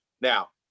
Now